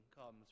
comes